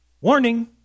Warning